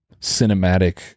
cinematic